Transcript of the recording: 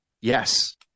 Yes